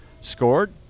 scored